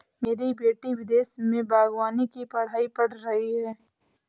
मेरी बेटी विदेश में बागवानी की पढ़ाई पढ़ रही है